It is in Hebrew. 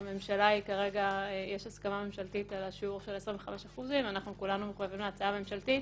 יש כרגע הסכמה ממשלתית על שיעור של 25%. אנחנו כולנו מחויבים להצעה הממשלתית,